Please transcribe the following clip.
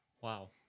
wow